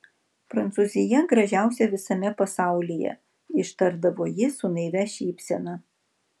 prancūzija gražiausia visame pasaulyje ištardavo ji su naivia šypsena